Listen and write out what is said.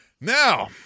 Now